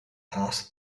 asked